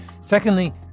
Secondly